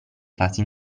fasi